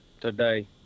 today